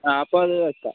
ആ അപ്പോൾ അത് വെക്കാം